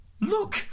Look